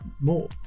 more